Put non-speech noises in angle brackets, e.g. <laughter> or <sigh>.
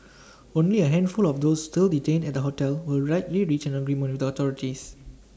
only A handful of those still detained at the hotel will likely reach an agreement <unintelligible> the authorities